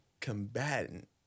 combatant